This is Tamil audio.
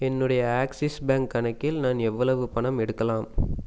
என்னுடைய ஆக்ஸிஸ் பேங்க் கணக்கில் நான் எவ்வளவு பணம் எடுக்கலாம்